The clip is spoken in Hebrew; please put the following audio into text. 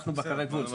אנחנו בקרי גבול.